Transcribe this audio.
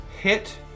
hit